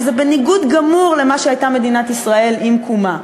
שזה בניגוד גמור למה שהייתה מדינת ישראל עם קומה,